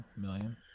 million